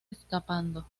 escapando